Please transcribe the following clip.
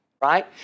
Right